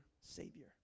savior